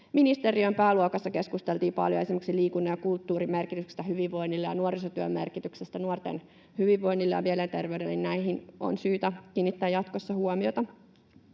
kulttuuriministeriön pääluokassa keskusteltiin paljon esimerkiksi liikunnan ja kulttuurin merkityksestä hyvinvoinnille ja nuorisotyön merkityksestä nuorten hyvinvoinnille ja mielenterveydelle, ja näihin on syytä kiinnittää jatkossa huomiota.